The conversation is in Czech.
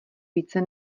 více